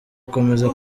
gukomeza